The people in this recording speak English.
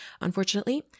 unfortunately